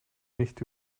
nicht